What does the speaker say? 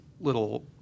little